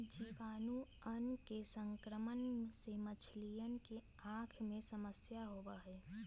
जीवाणुअन के संक्रमण से मछलियन के आँख में समस्या होबा हई